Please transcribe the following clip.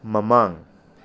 ꯃꯃꯥꯡ